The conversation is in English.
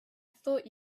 thought